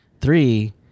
Three